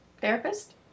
therapist